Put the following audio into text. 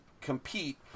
compete